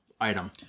item